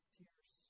tears